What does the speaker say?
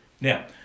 Now